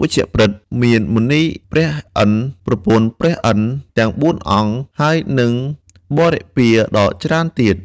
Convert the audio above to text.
វជ្ជប្រិត មានមុនីព្រះឥន្ទ្រ ប្រពន្ធព្រះឥន្ទ្រទាំងបួនអង្គ ហើយនិងបរិពារដ៏ច្រើនទៀត។